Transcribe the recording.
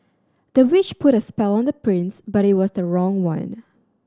the witch put a spell on the prince but it was the wrong one